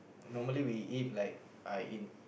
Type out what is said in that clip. normally we eat like I in